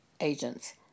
agents